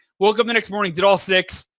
woke up the next morning, did all six,